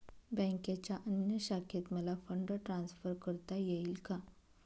बँकेच्या अन्य शाखेत मला फंड ट्रान्सफर करता येईल का?